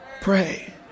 pray